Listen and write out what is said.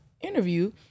interview